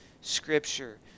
scripture